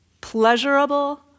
pleasurable